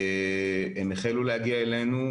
הם החלו להגיע אלינו.